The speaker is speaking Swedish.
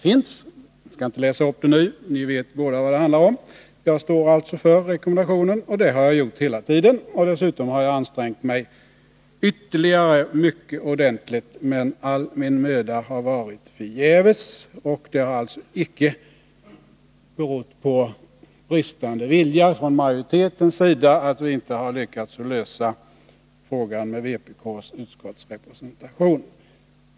Jag skall inte läsa upp det nu — ni vet vad det handlar om. Jag står för rekommendationen, och det har jag alltså gjort hela tiden. Dessutom har jag ansträngt mig ytterligare ordentligt, men all min möda har alltså varit förgäves. Det har inte berott på bristande vilja från majoritetens sida att vi inte lyckats att lösa frågan om vpk:s utskottsrepresentation.